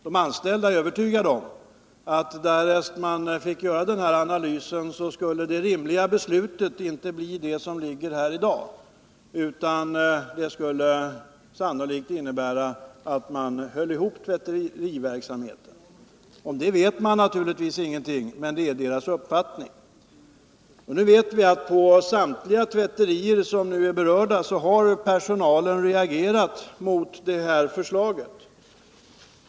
De anställda är övertygade om att därest man fick göra denna 113 analys skulle det rimliga beslutet inte bli det som föreligger här i dag, utan beslutet skulle sannolikt innebära att man höll ihop tvätteriverksamheten. Om det vet vi naturligtvis ingenting, men detta är de anställdas uppfattning. Vi vet emellertid att på samtliga berörda tvätterier har personalen reagerat mot det föreliggande förslaget.